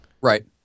Right